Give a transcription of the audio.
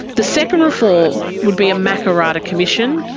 the second reform would be a makarrata commission.